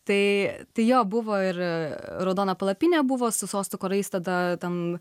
tai jo buvo ir raudona palapinė buvo su sostų karais tada ten